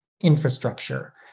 infrastructure